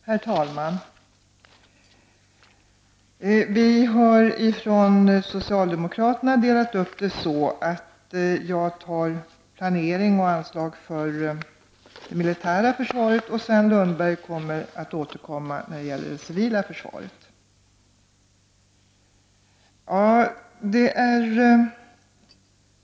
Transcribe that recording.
Herr talman! Vi socialdemokrater har delat upp det så, att jag skall tala om planering för och anslag till det militära försvaret och Sven Lundberg kommer att tala om det civila försvaret.